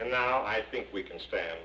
and now i think we can stand